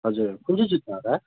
हजुर कुन चाहिँ जुत्ता होला